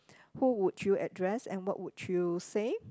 who would you address and what would you say